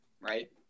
right